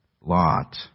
Lot